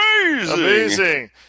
Amazing